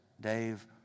Dave